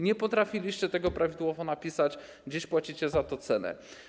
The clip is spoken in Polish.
Nie potrafiliście tego prawidłowo napisać, dziś płacicie za to cenę.